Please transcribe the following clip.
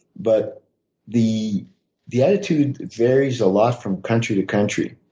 but the the attitude varies a lot from country to country.